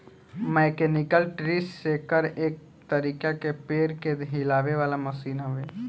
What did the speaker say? mechanical tree shaker एक तरीका के पेड़ के हिलावे वाला मशीन हवे